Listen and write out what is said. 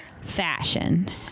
Fashion